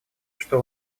что